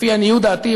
לפי עניות דעתי,